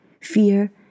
fear